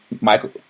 Michael